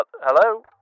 Hello